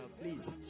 please